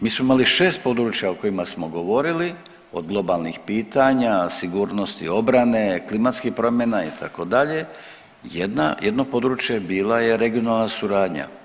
Mi smo imali 6 područja u kojima smo govorili, od globalnih pitanja, sigurnosti obrane, klimatskih promjena itd., jedna, jedno područje bila je regionalna suradnja.